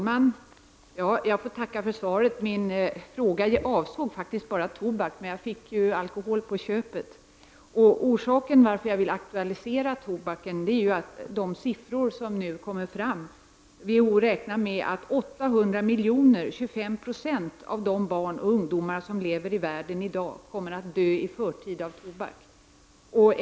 Herr talman! Jag får tacka för svaret. Min fråga avsåg faktiskt bara tobak, men jag fick en redogörelse för alkohol på köpet. Orsaken till att jag vill aktualisera tobaken är de siffror som nu kommit fram. WHO räknar med att 800 miljoner, 25 70, av de barn och ungdomar som lever i världen i dag kommer att dö förtid till följd av tobak.